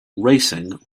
racing